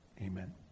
Amen